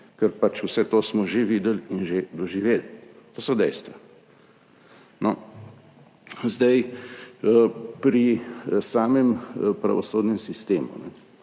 smo pač vse to že videli in že doživeli. To so dejstva. Pri samem pravosodnem sistemu